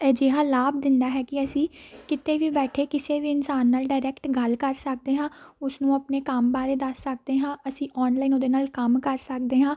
ਅਜਿਹਾ ਲਾਭ ਦਿੰਦਾ ਹੈ ਕਿ ਅਸੀਂ ਕਿਤੇ ਵੀ ਬੈਠੇ ਕਿਸੇ ਵੀ ਇਨਸਾਨ ਨਾਲ ਡਾਇਰੈਕਟ ਗੱਲ ਕਰ ਸਕਦੇ ਹਾਂ ਉਸਨੂੰ ਆਪਣੇ ਕੰਮ ਬਾਰੇ ਦੱਸ ਸਕਦੇ ਹਾਂ ਅਸੀਂ ਔਨਲਾਈਨ ਉਹਦੇ ਨਾਲ ਕੰਮ ਕਰ ਸਕਦੇ ਹਾਂ